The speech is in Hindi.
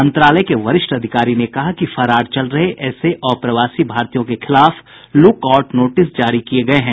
मंत्रालय के वरिष्ठ अधिकारी ने कहा कि फरार चल रहे ऐसे अप्रवासी भारतीयों के खिलाफ लुकआउट नोटिस जारी किये गये हैं